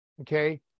okay